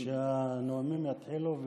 שהנואמים יתחילו,